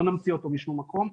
לא נמציא אותו משום מקום.